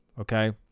okay